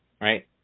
right